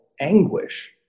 anguish